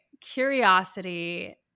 curiosity